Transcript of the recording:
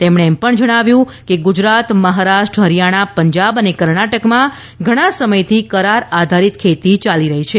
તેમણે એમ પણ જણાવ્યું કે ગુજરાત મહારાષ્ટ્ર હરિયાણા પંજાબ અને કર્ણાટકમાં ઘણા સમયથી કરાર આધારીત ખેતી યાલી રહી છે